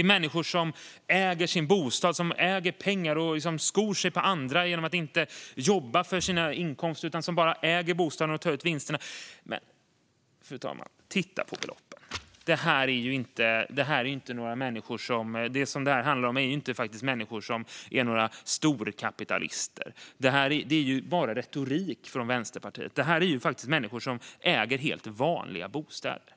om människor som äger sin bostad, äger pengar och skor sig på andra genom att inte jobba för sina inkomster utan bara äga bostaden och ta ut vinsterna. Men titta på beloppen, fru talman! Det som det här handlar om är faktiskt inte människor som är några storkapitalister. Det är ju bara retorik från Vänsterpartiet. Det är fråga om människor som äger helt vanliga bostäder.